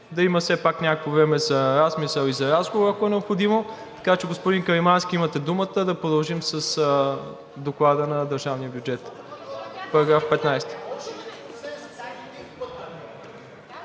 да има все пак някакво време за размисъл и за разговор, ако е необходимо. Така че, господин Каримански, имате думата да продължим с Доклада на държавния бюджет –§ 15.